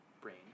brain